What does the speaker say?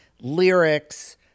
lyrics